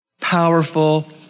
powerful